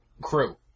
crew